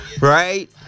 Right